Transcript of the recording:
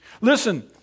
Listen